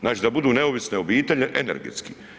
Znači da budu neovisne obitelji energetski.